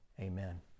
amen